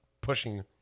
pushing